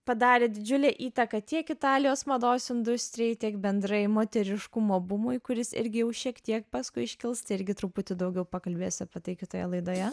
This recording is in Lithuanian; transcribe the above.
padarė didžiulę įtaką tiek italijos mados industrijai tiek bendrai moteriškumo bumui kuris irgi jau šiek tiek paskui iškils tai irgi truputį daugiau pakalbėsiu apie tai kitoje laidoje